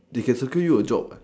they can secure you a job